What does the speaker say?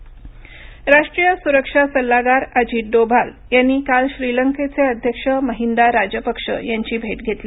अजित डोवाल राष्ट्रीय सुरक्षा सल्लागार अजित डोभाल यांनी काल श्रीलंकेचे अध्यक्ष महिंदा राजपक्ष यांची भेट घेतली